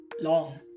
long